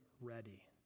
ready